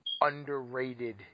underrated